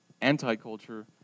anti-culture